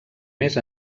més